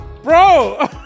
Bro